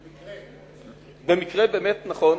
במקרה באמת, נכון,